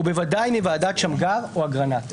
ובוודאי מוועדת שמגר או אגרנט.